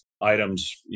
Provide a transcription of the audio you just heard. items